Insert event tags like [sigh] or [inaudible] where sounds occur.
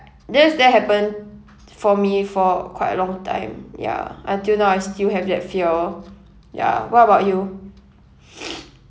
this did happen for me for quite a long time ya until now I still have that fear ya what about you [noise]